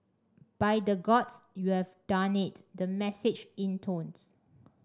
by the Gods you have done it the message intones